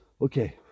okay